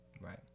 right